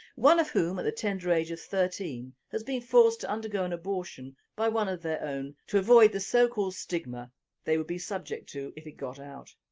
one of whom at the tender age of thirteen has been forced to undergo an abortion by one of their own to avoid the so called stigma even they would be subject to if it got out.